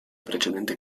precedente